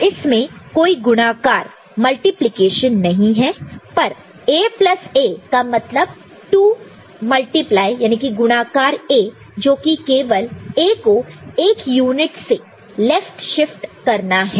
तो इसमें कोई गुणाकार मल्टीप्लिकेशन multiplication नहीं है पर A प्लस A का मतलब 2 गुणाकार मल्टिप्लाई multiply A जोकि केवल A को एक यूनिट से लेफ्ट शिफ्ट करना है